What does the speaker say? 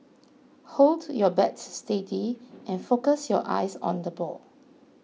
hold your bat steady and focus your eyes on the ball